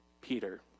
Peter